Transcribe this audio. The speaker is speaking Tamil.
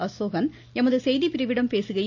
அசோகன் எமது செய்திப்பிரிவிடம் பேசுகையில்